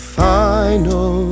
final